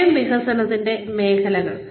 സ്വയം വികസനത്തിന്റെ മേഖലകൾ